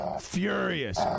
furious